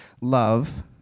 love